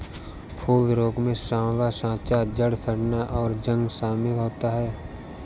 फूल रोग में साँवला साँचा, जड़ सड़ना, और जंग शमिल होता है